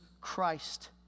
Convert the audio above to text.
Christ